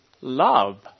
love